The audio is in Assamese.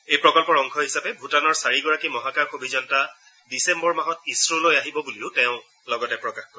এই প্ৰকল্পৰ অংশ হিচাপে ভূটানৰ চাৰিগৰাকী মহাকাশ অভিযন্তা ডিচেম্বৰ মাহত ইছৰলৈ আহিব বুলিও তেওঁ লগতে প্ৰকাশ কৰে